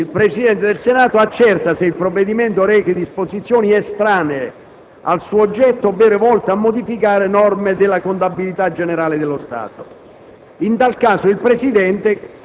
In prima lettura, il Presidente del Senato accerta se il provvedimento rechi disposizioni estranee al suo oggetto ovvero volte a modificare norme della contabilità generale dello Stato.